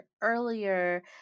earlier